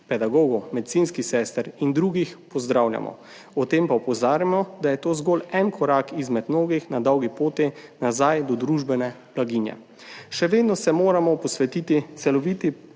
pedagogov, medicinskih sester in drugih pozdravljamo, ob tem pa opozarjamo, da je to zgolj en korak izmed mnogih na dolgi poti nazaj do družbene blaginje. Še vedno se moramo posvetiti celoviti